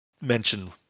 mention